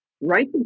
right